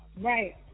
Right